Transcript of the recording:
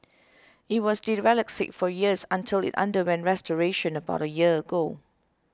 it was derelict for years until it underwent restoration about a year ago